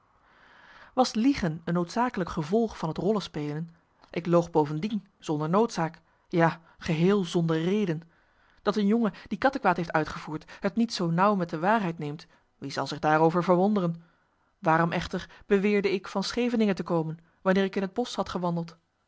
was liegen een noodzakelijk gevolg van het rollenspelen ik loog bovendien zonder noodzaak ja geheel zonder reden dat een jongen die kattekwaad heeft uitgevoerd het niet zoo nauw met de waarheid neemt wie zal zich daarover verwonderen waarom echter beweerde ik van schevenigen te komen wanneer ik in het bosch had gewandeld